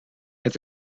het